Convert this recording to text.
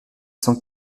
cent